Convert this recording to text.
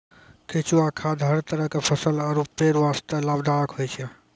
केंचुआ खाद हर तरह के फसल आरो पेड़ वास्तॅ लाभदायक होय छै